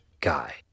Guy